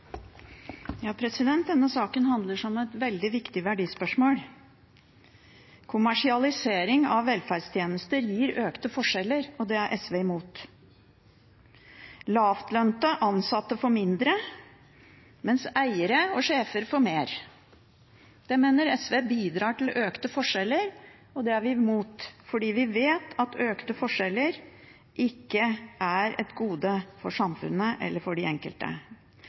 Denne saken handler om et veldig viktig verdispørsmål. Kommersialisering av velferdstjenester gir økte forskjeller, og det er SV imot. Lavtlønte ansatte får mindre, mens eiere og sjefer får mer. Det mener SV bidrar til økte forskjeller, og det er vi imot fordi vi vet at økte forskjeller ikke er et gode for